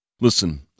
Listen